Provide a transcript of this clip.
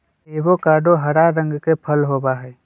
avocado हरा रंग के फल होबा हई